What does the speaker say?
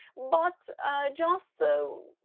but just the.